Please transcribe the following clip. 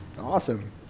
Awesome